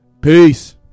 Peace